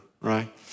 right